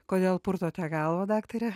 kodėl purtote galvą daktare